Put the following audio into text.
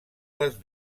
les